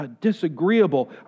disagreeable